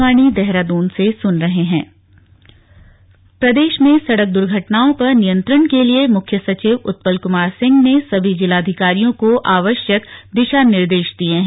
video conferencing प्रदेश में सड़क दुर्घटनाओं पर नियंत्रण के लिए मुख्य सचिव उत्पल कुमार सिंह ने सभी जिलाधिकारियों को आवश्यक दिशा निर्देश दिए हैं